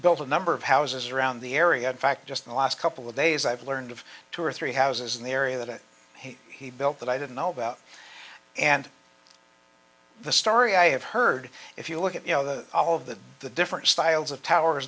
built a number of houses around the area in fact just in the last couple of days i've learned of two or three houses in the area that he built that i didn't know about and the story i have heard if you look at you know the all of the the different styles of towers